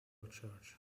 church